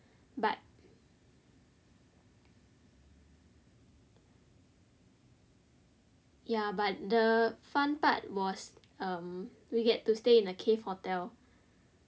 but ya but the fun part was um we get to stay in a cave hotel